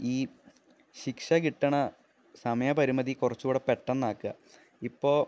ഈ ശിക്ഷ കിട്ടുന്ന സമയ പരിമിതി കുറച്ചുകൂടെ പെട്ടെന്നാക്കുക ഇപ്പോള്